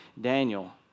Daniel